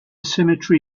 cemetery